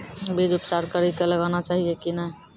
बीज उपचार कड़ी कऽ लगाना चाहिए कि नैय?